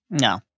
no